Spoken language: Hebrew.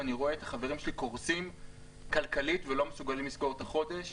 ואני רואה את החברים שלי קורסים כלכלית ולא מסוגלים לסגור את החודש,